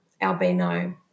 albino